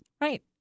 Right